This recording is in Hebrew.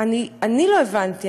לא הבנתי,